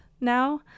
now